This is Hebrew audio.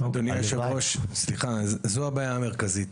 אדוני היושב-ראש, סליחה, זו הבעיה המרכזית.